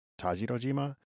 Tajirojima